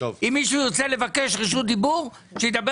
אם מישהו ירצה לבקש רשות דיבור שידבר